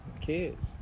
kids